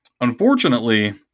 Unfortunately